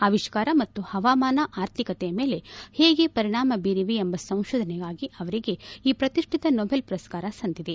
ಆವಿಷ್ಕಾರ ಮತ್ತು ಹವಾಮಾನ ಆರ್ಥಿಕತೆಯ ಮೇಲೆ ಹೇಗೆ ಪರಿಣಾಮ ಬೀರಿವೆ ಎಂಬ ಸಂಶೋಧನೆಗಾಗಿ ಅವರಿಗೆ ಪ್ರತಿಷ್ಣಿತ ನೊಬೆಲ್ ಪುರಸ್ನಾರ ಸಂದಿದೆ